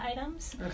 items